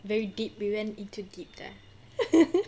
very deep we went in too deep there